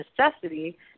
necessity